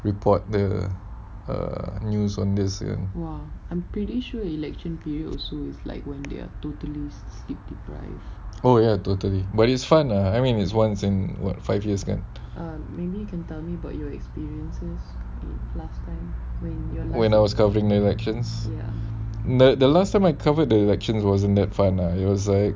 report there err news on this year oh ya totally but it's fun lah I mean is once in what five years kan when I was covering the elections now the last time I covered the elections wasn't that fine lah it was like